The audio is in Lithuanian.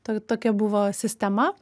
to tokia buvo sistema